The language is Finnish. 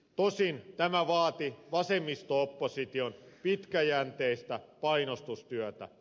tosin tämä vaati vasemmisto opposition pitkäjänteistä painostustyötä